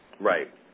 Right